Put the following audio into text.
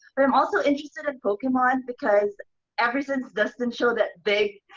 but i'm also interested in pokemon because ever since dustin show that big,